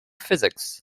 physics